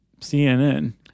CNN